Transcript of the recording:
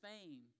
fame